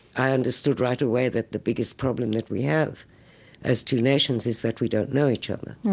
i understood right away that the biggest problem that we have as two nations is that we don't know each other.